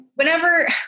Whenever